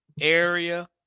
area